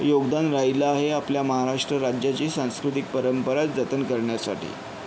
योगदान राहिलं आहे आपल्या महाराष्ट्र राज्याची सांस्कृतिक परंपरा जतन करण्यासाठी